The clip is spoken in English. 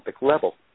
level